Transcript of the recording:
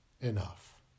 enough